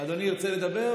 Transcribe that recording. אדוני ירצה לדבר?